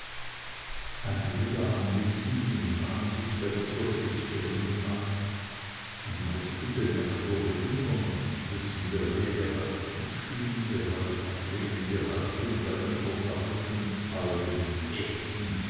einige der anwesenden sahen sich bei dieser schlußwendung an am meisten bemerkt wurde gundermann dessen der rede halb zustimmende halb ablehnende haltung bei den versammelten alten und echten